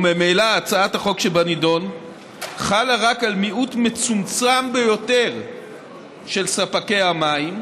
וממילא הצעת החוק שבנדון חלה רק על מיעוט מצומצם ביותר של ספקי המים,